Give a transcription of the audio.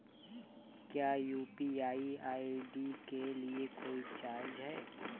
क्या UPI ID के लिए कोई चार्ज है?